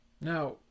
Now